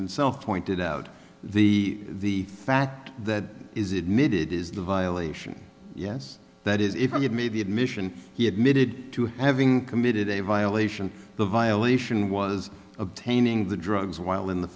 himself pointed out the fact that is admitted is the violation yes that is if i made the admission he admitted to having committed a violation the violation was obtaining the drugs while in the